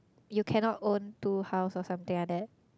you cannot own two house or something like that